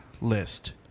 list